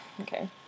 Okay